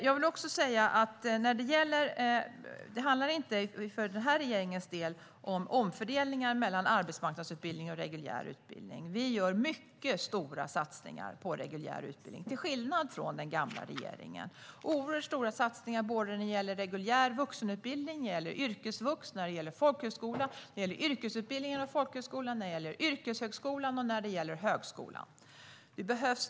Jag vill också säga att det för den här regeringens del inte handlar om omfördelningar mellan arbetsmarknadsutbildning och reguljär utbildning. Vi gör mycket stora satsningar på reguljär utbildning, till skillnad från den gamla regeringen. Det är fråga om oerhört stora satsningar på reguljär vuxenutbildning, yrkesvux, folkhögskola, yrkesutbildning inom folkhögskola, yrkeshögskola samt högskola.